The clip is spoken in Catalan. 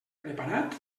preparat